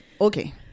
okay